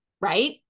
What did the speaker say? right